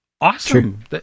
Awesome